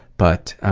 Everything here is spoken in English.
but, ah,